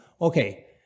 Okay